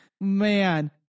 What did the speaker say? Man